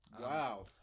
Wow